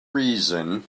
reason